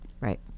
Right